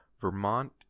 vermont